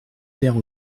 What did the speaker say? terre